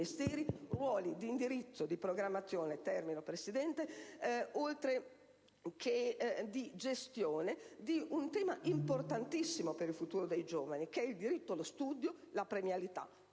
Ministeri, ruoli d'indirizzo e di programmazione propri del MIUR, oltre che di gestione di temi importantissimi per il futuro dei giovani che sono il diritto allo studio e la premialità